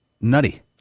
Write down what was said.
Nutty